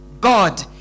God